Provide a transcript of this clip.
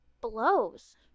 blows